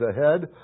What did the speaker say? ahead